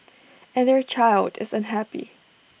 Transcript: and their child is unhappy